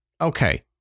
Okay